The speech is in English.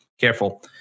careful